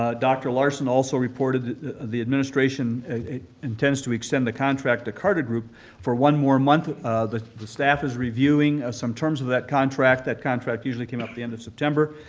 ah dr. larson also reported the administration intends to extend the contract to carter group for one more month. the the staff is reviewing ah some terms of that contract. that contract usually came out the end of september,